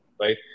right